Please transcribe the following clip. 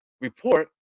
report